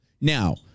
Now